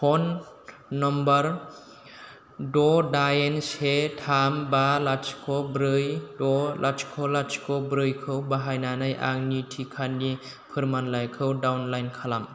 phone number द' दाइन से थाम बा लाथिख' ब्रै द' लाथिख' लाथिख' ब्रैखौ बाहायनानै आंनि टिकानि फोरमानलाइखौ डाउनलाइन खालाम